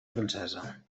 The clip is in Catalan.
francesa